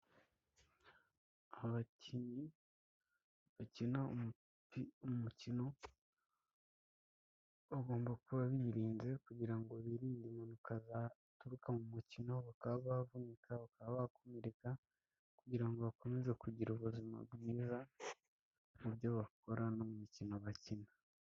Abakinnyi bakina umukino, bagomba kuba birinze kugira ngo birinde impanuka zaturuka mu mukino, bakaba bavunika, bakaba bakomereka kugira ngo bakomeze kugira ubuzima bwiza mu byo bakora no mu mikino bakina.